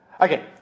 Okay